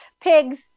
pigs